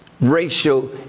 racial